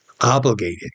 obligated